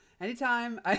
Anytime